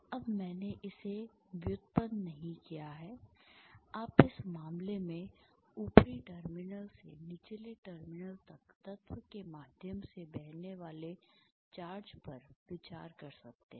अब मैंने इसे व्युत्पन्न नहीं किया है आप इस मामले में ऊपरी टर्मिनल से निचले टर्मिनल तक तत्व के माध्यम से बहने वाले चार्ज पर विचार कर सकते हैं